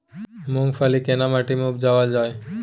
मूंगफली केना माटी में उपजायल जाय?